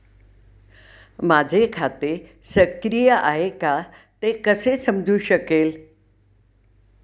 माझे खाते सक्रिय आहे का ते कसे समजू शकेल?